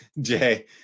jay